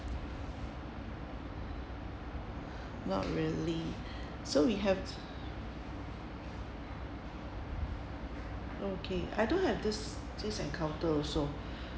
not really so you have okay I don't have this this encounter also